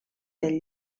del